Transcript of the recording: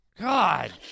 God